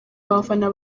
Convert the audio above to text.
abafana